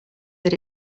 that